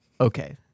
Okay